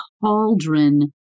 cauldron